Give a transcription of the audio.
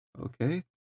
Okay